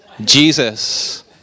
Jesus